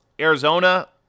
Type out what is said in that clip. Arizona